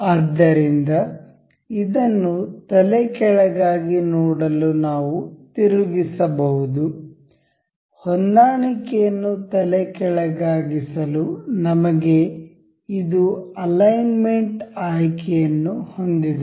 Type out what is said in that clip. ಆದ್ದರಿಂದ ಇದನ್ನು ತಲೆಕೆಳಗಾಗಿ ನೋಡಲು ನಾವು ತಿರುಗಿಸಬಹುದು ಹೊಂದಾಣಿಕೆಯನ್ನು ತಲೆಕೆಳಗಾಗಿಸಲು ನಮಗೆ ಇದು ಅಲೈನ್ಮೆಂಟ್ ಆಯ್ಕೆಯನ್ನು ಹೊಂದಿದೆ